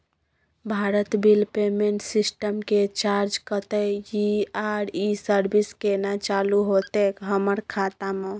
Bharat bill payment system के charge कत्ते इ आ इ सर्विस केना चालू होतै हमर खाता म?